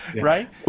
Right